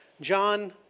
John